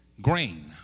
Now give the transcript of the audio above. grain